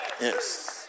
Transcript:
Yes